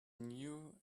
knew